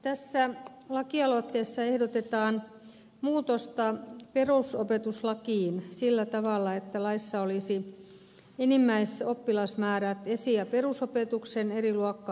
tässä lakialoitteessa ehdotetaan muutosta perusopetuslakiin sillä tavalla että laissa olisi enimmäisoppilasmäärät esi ja perusopetuksen eri luokka asteilla